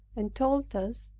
and told us,